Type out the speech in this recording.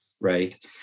right